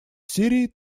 сирией